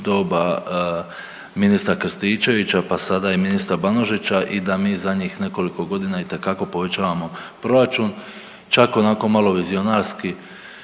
doba ministra Krstičevića, pa sada i ministra Banožića i da mi zadnjih nekoliko godina itekako povećavamo proračun, čak onako malo vizionarski